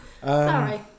sorry